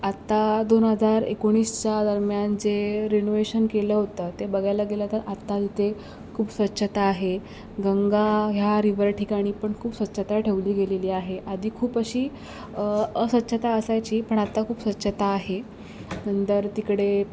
आत्ता दोन हजार एकोणीसच्या दरम्यान जे रिनोव्हेशन केलं होतं ते बघायला गेलं तर आत्ता तिथे खूप स्वच्छता आहे गंगा ह्या रिव्हर ठिकाणी पण खूप स्वच्छता ठेवली गेलेली आहे आधी खूप अशी अस्वच्छता असायची पण आता खूप स्वच्छता आहे नंतर तिकडे